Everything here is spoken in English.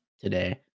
today